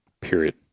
period